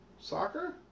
Soccer